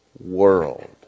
world